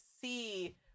see